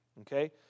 Okay